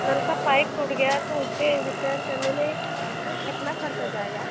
नल का पाइप टूट गया है तो उसे रिपेयर करने में कितना खर्चा जाएगा